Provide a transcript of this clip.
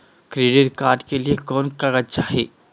Credit card के लिए कौन कागज चाही?